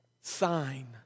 sign